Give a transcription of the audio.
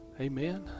Amen